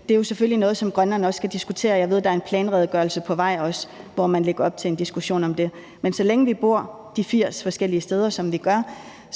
– er selvfølgelig noget, som Grønland også skal diskutere, og jeg ved, at der er en planredegørelse på vej, hvor man lægger op til en diskussion om det. Men så længe vi bor de 80 forskellige steder, som vi gør,